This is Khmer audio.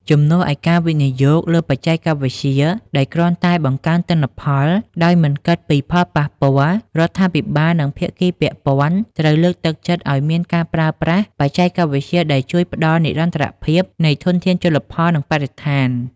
ជំនួសឲ្យការវិនិយោគតែលើបច្ចេកវិទ្យាដែលគ្រាន់តែបង្កើនទិន្នផលដោយមិនគិតពីផលប៉ះពាល់ រដ្ឋាភិបាល និងភាគីពាក់ព័ន្ធត្រូវលើកទឹកចិត្តឲ្យមានការប្រើប្រាស់បច្ចេកវិទ្យាដែលជួយដល់និរន្តរភាពនៃធនធានជលផល និងបរិស្ថាន។